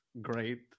great